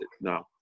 No